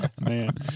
Man